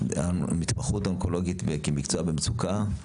ההתמחות האונקולוגית כמקצוע במצוקה?